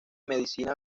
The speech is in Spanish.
medicina